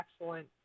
excellent